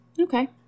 Okay